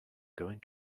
going